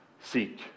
seek